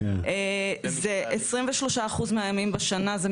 זה 23 אחוז מהימים בשנה,